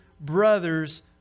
brothers